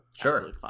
sure